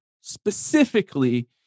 specifically